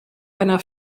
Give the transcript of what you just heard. einer